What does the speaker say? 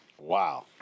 Wow